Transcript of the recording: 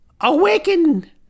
awaken